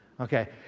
okay